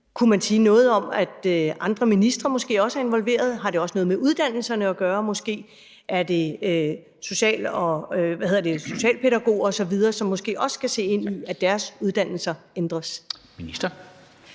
Kunne man måske sige noget om, om andre ministre også er involveret? Har det måske også noget med uddannelserne at gøre? Er det måske også socialpædagoger osv., som skal se ind i, at deres uddannelser ændres? Kl.